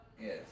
Yes